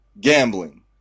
gambling